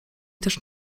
też